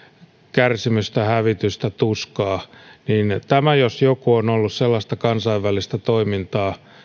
kärsimystä hävitystä tuskaa niin tämä jos joku on ollut sellaista kansainvälistä toimintaa